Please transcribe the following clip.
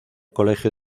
colegio